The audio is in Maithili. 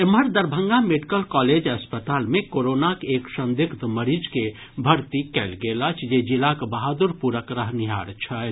एम्हर दरभंगा मेडिकल कॉलेज अस्पताल मे कोरोनाक एक संदिग्ध मरीज के भर्ती कयल गेल अछि जे जिलाक बहादुरपुरक रहनिहार छथि